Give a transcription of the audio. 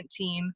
2017